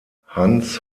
hans